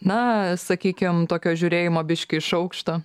na sakykim tokio žiūrėjimo biškį iš aukšto